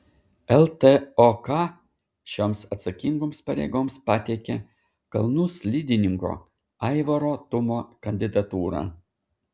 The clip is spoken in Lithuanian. ltok šioms atsakingoms pareigoms pateikė kalnų slidininko aivaro tumo kandidatūrą